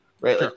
right